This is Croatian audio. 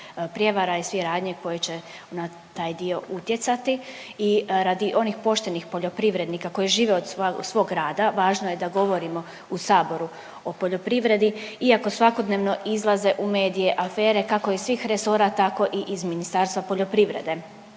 prijevara i svih radnji koje će na taj dio utjecati i radi onih poštenih poljoprivrednika koji žive od svog rada važno je da govorimo u saboru o poljoprivredi iako svakodnevno izlaze u medije afere kako iz svih resora tako i iz Ministarstva poljoprivrede.